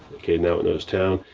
okay, now it knows town.